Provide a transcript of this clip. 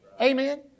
Amen